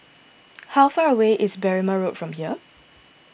how far away is Berrima Road from here